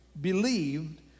believed